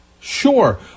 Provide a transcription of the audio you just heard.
Sure